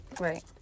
Right